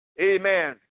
Amen